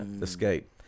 escape